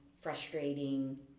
frustrating